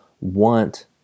want